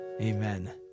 Amen